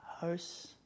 house